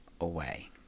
away